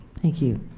thank you